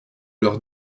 leur